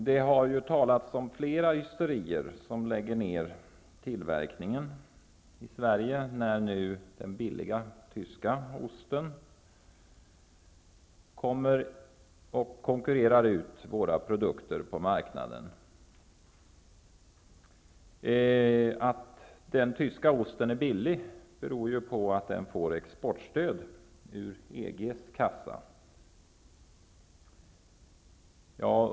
Det har ju talats om flera ysterier som lägger ner sin tillverkning här i Sverige nu när billig tysk ost konkurrerar ut våra produkter på marknaden. Att tysk ost är billig beror på att den får exportstöd ur EG:s kassa.